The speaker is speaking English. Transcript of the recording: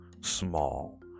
small